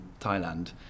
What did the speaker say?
Thailand